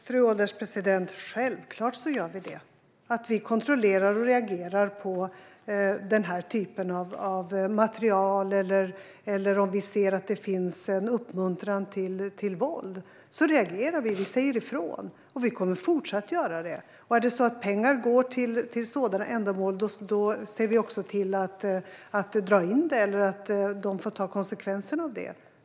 Fru ålderspresident! Självklart gör vi det - vi kontrollerar och reagerar på den här typen av material eller när vi ser att det finns en uppmuntran till våld. Vi reagerar och säger ifrån, och det kommer vi fortsatt att göra. Om pengar går till sådana ändamål ser vi också till att dra in stödet eller låter dem ta konsekvenserna av detta på andra sätt.